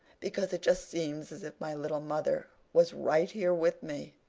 because it just seems as if my little mother was right here with me.